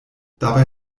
dabei